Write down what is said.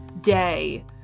day